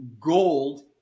gold